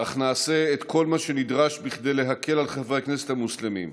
אך נעשה את כל מה שנדרש כדי להקל על חברי הכנסת המוסלמים.